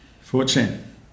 Fortune